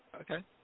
okay